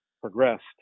progressed